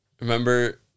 Remember